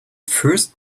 first